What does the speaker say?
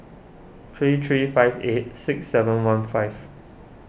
three three five eight six seven one five